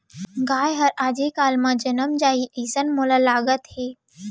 गाय हर आजे काल म जनम जाही, अइसन मोला लागत हे